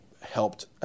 helped